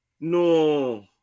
no